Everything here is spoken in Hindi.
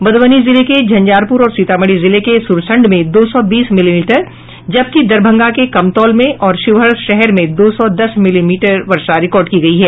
मध्रबनी जिले के झंझारपुर और सीतामढ़ी जिले के सुरसंड में दो सौ बीस मिलीमीटर जबकि दरभंगा के कमतौल में और शिवहर शहर में दो सौ दस मिलीमीटर वर्षा रिकार्ड की गयी है